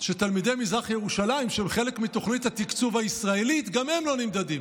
שתלמידי מזרח ירושלים שהם חלק מתוכנית התקצוב הישראלית גם הם לא נמדדים.